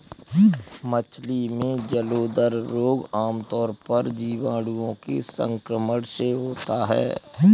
मछली में जलोदर रोग आमतौर पर जीवाणुओं के संक्रमण से होता है